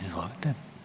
Izvolite.